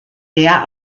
der